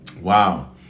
Wow